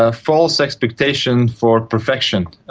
ah false expectation for perfection,